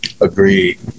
Agreed